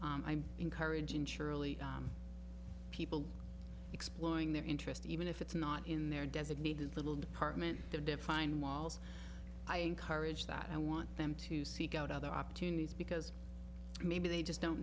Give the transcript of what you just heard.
encouraging surely people exploring their interest even if it's not in their designated little department to define walls i encourage that i want them to seek out other opportunities because maybe they just don't